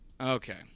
Okay